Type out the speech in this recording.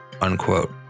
unquote